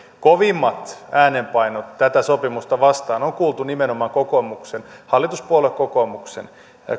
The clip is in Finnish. kovimmat äänenpainot tätä sopimusta vastaan on kuultu nimenomaan hallituspuolue kokoomuksen